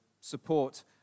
support